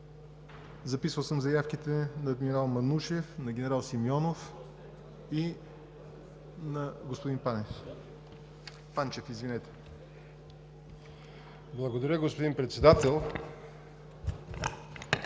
Записал съм заявките на адмирал Манушев, на генерал Симеонов и на господин Панчев. ВЛАДИМИР ТОШЕВ (ГЕРБ): Благодаря, господин Председател.